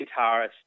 guitarist